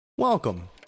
Welcome